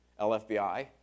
LFBI